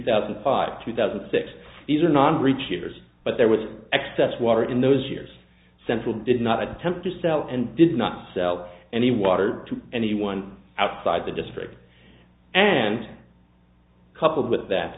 thousand and five two thousand and six these are not rich years but there was excess water in those years central did not attempt to sell and did not sell any water to anyone outside the district and coupled with that